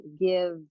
give